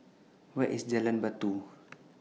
Where IS Jalan Batu